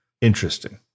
interesting